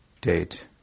date